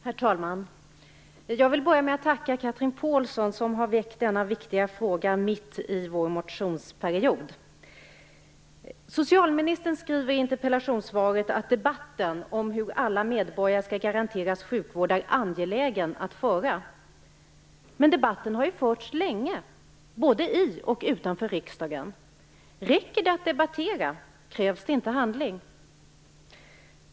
Herr talman! Jag vill börja med att tacka Chatrine Pålsson, som har väckt denna viktiga fråga mitt i vår motionsperiod. Socialministern skriver i interpellationssvaret att debatten om hur alla medborgare skall garanteras sjukvård är angelägen att föra. Men debatten har ju förts länge, både i och utanför riksdagen. Räcker det att debattera? Krävs det inte handling?